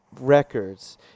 records